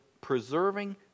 preserving